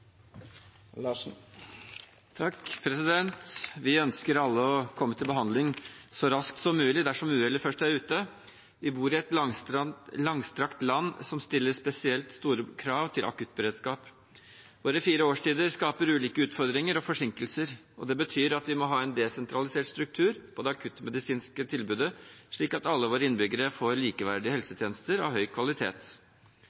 komme til behandling så raskt som mulig dersom uhellet først er ute. Vi bor i et langstrakt land som stiller spesielt store krav til akuttberedskap, og våre fire årstider skaper ulike utfordringer og forsinkelser. Det betyr at vi må ha en desentralisert struktur på det akuttmedisinske tilbudet, slik at alle våre innbyggere får likeverdige